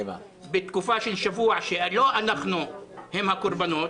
בתקופה של שבוע שלא אנחנו הם הקורבנות,